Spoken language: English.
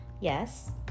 Yes